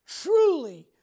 truly